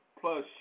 plus